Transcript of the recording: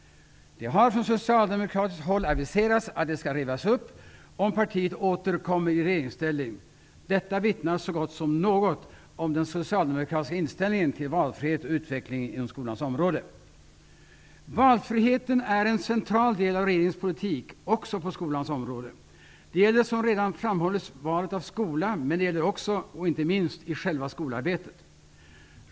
Det har från socialdemokratiskt håll aviserats att det skall rivas upp om partiet åter kommer i regeringsställning. Detta vittnar så gott som något om den socialdemokratiska inställningen till valfrihet och utveckling inom skolans område. Valfriheten är en central del av regeringens politik också på skolans område. Det gäller som redan framhållits valet av skola, men det gäller också och inte minst i själva skolarbetet.